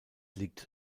liegt